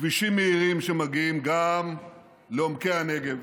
כבישים מהירים שמגיעים גם לעומקי הנגב,